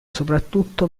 soprattutto